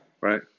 Right